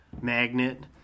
magnet